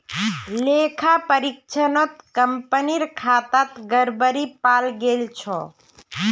लेखा परीक्षणत कंपनीर खातात गड़बड़ी पाल गेल छ